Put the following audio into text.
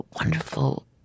wonderful